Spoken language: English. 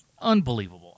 Unbelievable